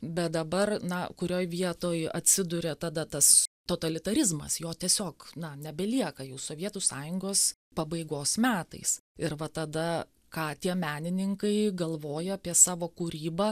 bet dabar na kurioj vietoj atsiduria tada tas totalitarizmas jo tiesiog na nebelieka jau sovietų sąjungos pabaigos metais ir va tada ką tie menininkai galvojo apie savo kūrybą